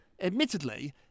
admittedly